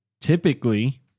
Typically